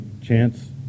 chance